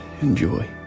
Enjoy